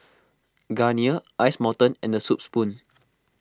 Garnier Ice Mountain and the Soup Spoon